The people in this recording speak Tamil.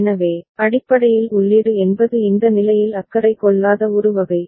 எனவே அடிப்படையில் உள்ளீடு என்பது இந்த நிலையில் அக்கறை கொள்ளாத ஒரு வகை